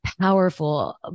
powerful